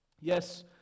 Yes